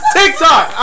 TikTok